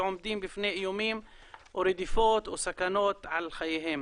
ועומדים בפני איומים ורדיפות וסכנות על חייהם.